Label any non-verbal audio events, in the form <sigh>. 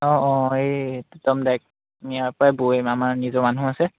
অঁ অঁ <unintelligible> আমাৰ নিজৰ মানুহ আছে